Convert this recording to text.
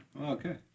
Okay